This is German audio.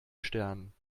sternen